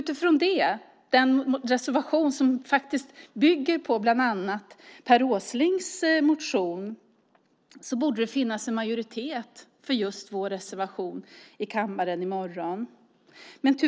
Utifrån den reservation som bland annat bygger på Per Åslings motion borde det finnas en majoritet för just vår reservation i kammaren i morgon.